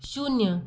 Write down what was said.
शून्य